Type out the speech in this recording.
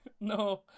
No